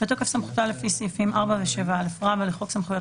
בתוקף סמכותה לפי סעיפים 4 ו-7א לחוק סמכויות